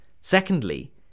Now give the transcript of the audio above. Secondly